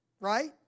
right